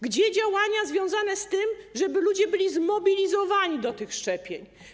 Gdzie działania związane z tym, żeby ludzie byli zmobilizowani do tych szczepień?